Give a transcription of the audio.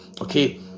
okay